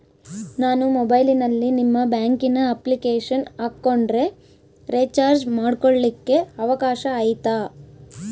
ನಾನು ಮೊಬೈಲಿನಲ್ಲಿ ನಿಮ್ಮ ಬ್ಯಾಂಕಿನ ಅಪ್ಲಿಕೇಶನ್ ಹಾಕೊಂಡ್ರೆ ರೇಚಾರ್ಜ್ ಮಾಡ್ಕೊಳಿಕ್ಕೇ ಅವಕಾಶ ಐತಾ?